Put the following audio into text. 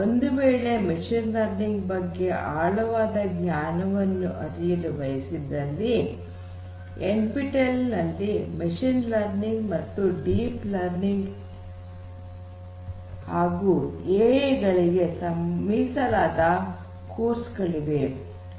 ಒಂದು ವೇಳೆ machine learning ಬಗ್ಗೆ ಆಳವಾದ ಜ್ಞಾನವನ್ನು ಅರಿಯಲು ಬಯಸಿದಲ್ಲಿ N P T E L ನಲ್ಲಿ ಮಷೀನ್ ಲರ್ನಿಂಗ್ ಮತ್ತು ಡೀಪ್ ಲರ್ನಿಂಗ್ ಎ ಐ ಗಳಿಗೆ ಮೀಸಲಾದ ಕೋರ್ಸ್ ಗಳಿವೆ